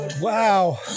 Wow